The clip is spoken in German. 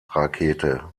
rakete